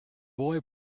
boy